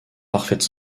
parfaite